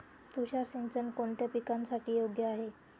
तुषार सिंचन कोणत्या पिकासाठी योग्य आहे?